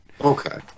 Okay